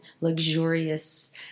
luxurious